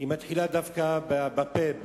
מתחילה דווקא בפה,